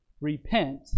repent